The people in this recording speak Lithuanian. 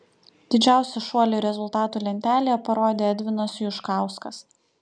didžiausią šuolį rezultatų lentelėje parodė edvinas juškauskas